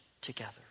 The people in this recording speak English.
together